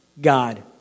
God